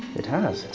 it has.